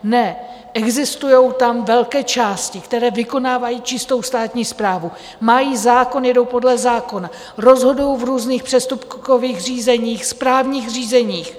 Ne, existují tam velké části, které vykonávají čistou státní správu, mají zákon, jedou podle zákona, rozhodují v různých přestupkových řízeních, správních řízeních.